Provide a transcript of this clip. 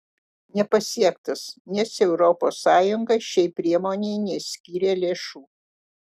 nepasiektas nes europos sąjunga šiai priemonei neskyrė lėšų